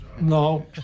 No